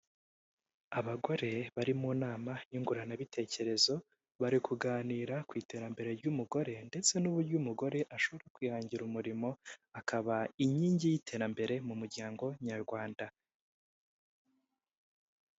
Abagore bari mu nama nyunguranabitekerezo, bari kuganira ku iterambere ry'umugore, ndetse n'uburyo umugore ashobora kwihangira umiriro, akaba inkingi y'iterambere mu muryango nyarwanda.